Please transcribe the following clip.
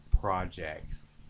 projects